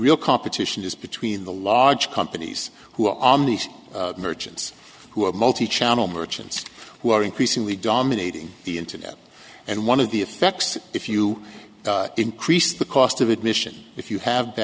real competition is between the large companies who are these merchants who are multi channel merchants who are increasingly dominating the internet and one of the effects if you increase the cost of admission if you have